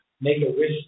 Make-A-Wish